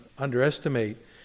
underestimate